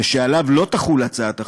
ושעליו לא תחול הצעת החוק,